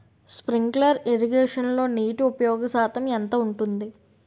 Sprinkler ఇరగేషన్లో నీటి ఉపయోగ శాతం ఎంత ఉంటుంది?